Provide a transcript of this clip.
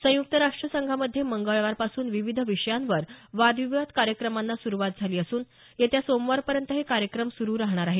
संयुक्त राष्ट्र संघामध्ये मंगळवारपासून विविध विषयावर वादविवाद कार्यक्रमांना सुरूवात झाली असून येत्या सोमवारपर्यंत हे कार्यक्रम सुरू राहणार आहेत